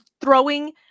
throwing